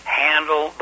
handle